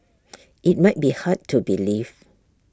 IT might be hard to believe